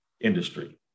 industry